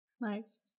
Nice